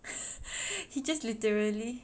he just literally